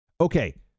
Okay